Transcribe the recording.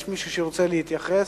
יש מישהו שרוצה להתייחס?